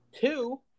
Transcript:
two